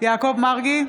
יעקב מרגי,